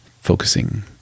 focusing